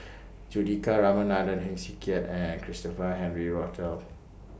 Juthika Ramanathan Heng Swee Keat and Christopher Henry Rothwell